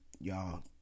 y'all